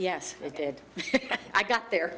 yes it did i got there